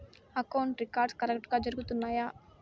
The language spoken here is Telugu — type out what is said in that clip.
అకౌంటింగ్ రికార్డ్స్ కరెక్టుగా జరుగుతున్నాయా